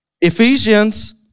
Ephesians